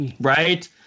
Right